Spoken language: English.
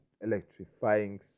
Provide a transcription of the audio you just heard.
electrifying